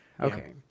okay